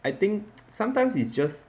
I think sometimes it's just